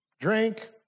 drink